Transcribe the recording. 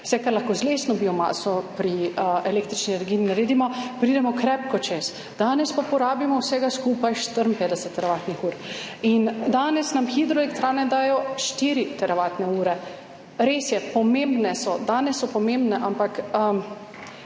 vse, kar lahko z lesno biomaso pri električni energiji naredimo, pridemo krepko čez. Danes pa porabimo vsega skupaj 54 teravatnih ur. In danes nam hidroelektrarne dajo 4 teravatne ure. Res je, pomembne so, danes so pomembne, ampak